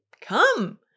come